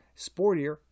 sportier